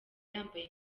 yambaye